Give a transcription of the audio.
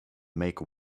make